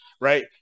right